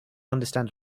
understand